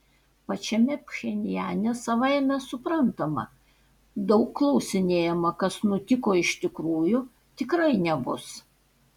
pačiame pchenjane savaime suprantama daug klausinėjama kas nutiko iš tikrųjų tikrai nebus